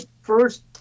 first